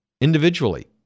individually